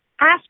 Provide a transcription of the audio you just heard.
Ask